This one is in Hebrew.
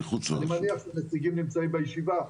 אני מניח שהנציגים נמצאים בישיבה.